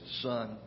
son